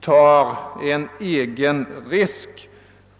tar en risk.